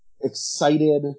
excited